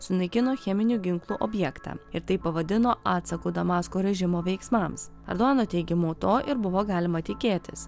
sunaikino cheminių ginklų objektą ir tai pavadino atsaku damasko režimo veiksmams erdoano teigimu to ir buvo galima tikėtis